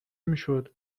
میشد